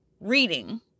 reading